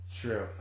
True